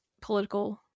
political